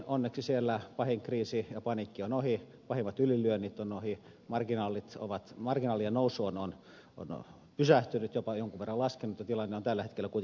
onneksi siellä pahin kriisi ja paniikki on ohi pahimmat ylilyönnit ovat ohi marginaalien nousu on pysähtynyt jopa jonkun verran laskenut ja tilanne on tällä hetkellä kuitenkin kohtuullisen hyvä